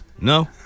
No